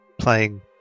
playing